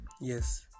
Yes